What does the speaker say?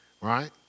right